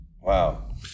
Wow